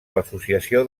l’associació